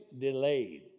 delayed